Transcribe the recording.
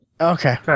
Okay